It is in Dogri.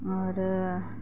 और